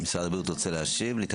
משרד הבריאות רוצה להתייחס?